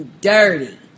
dirty